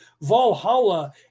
valhalla